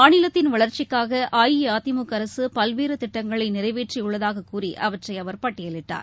மாநிலத்தின் வளர்ச்சிக்காகஅஇஅதிமுகஅரசுபல்வேறுதிட்டங்களைநிறைவேற்றியுள்ளதாககூறி அவற்றைஅவர் பட்டியலிட்டார்